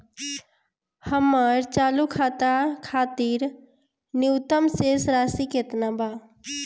हमर चालू खाता खातिर न्यूनतम शेष राशि केतना बा?